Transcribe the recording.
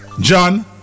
John